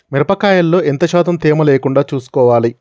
మిరప కాయల్లో ఎంత శాతం తేమ లేకుండా చూసుకోవాలి?